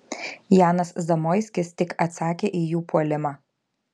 janas zamoiskis tik atsakė į jų puolimą